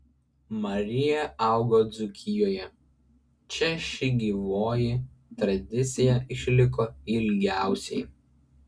marija augo dzūkijoje čia ši gyvoji tradicija išliko ilgiausiai